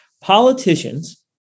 Politicians